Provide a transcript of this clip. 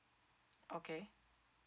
okay